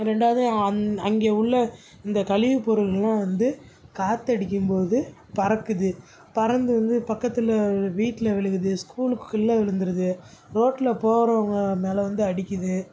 ரெண்டாவது அந்த அங்கே உள்ள இந்தக் கழிவு பொருள்களெலாம் வந்து காற்றடிக்கும் போது பறக்குது பறந்து வந்து பக்கத்தில் வீட்டில் விழுகுது ஸ்கூலுக்குள்ளே விழுந்துருது ரோட்டில் போகிறவங்க மேலே வந்து அடிக்குது